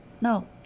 No